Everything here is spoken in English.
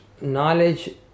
knowledge